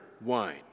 wine